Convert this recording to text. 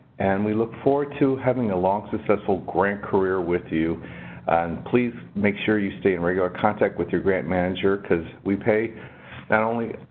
and we look forward to having a long successful grant career with you. and please make sure you stay in regular contact with your grant manager, because we pay not only,